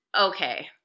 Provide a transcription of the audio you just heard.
Okay